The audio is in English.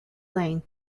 lane